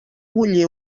bullir